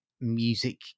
music